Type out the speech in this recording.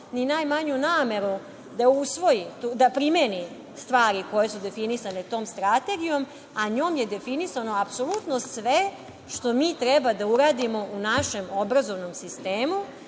ni najmanju nameru da primeni stvari koje su definisane tom strategijom, a njom je definisano apsolutno sve što mi treba da uradimo u našem obrazovnom sistemu